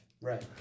Right